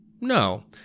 No